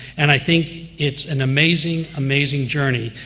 and i think it's an amazing, amazing journey.